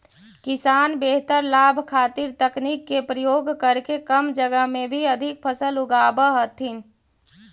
किसान बेहतर लाभ खातीर तकनीक के प्रयोग करके कम जगह में भी अधिक फसल उगाब हथिन